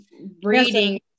breathing